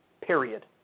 period